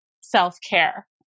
self-care